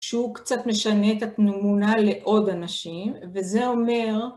שהוא קצת משנה את התמונה לעוד אנשים, וזה אומר